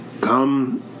come